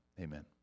amen